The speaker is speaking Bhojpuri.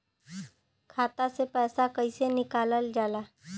खाता से पैसा कइसे निकालल जाला?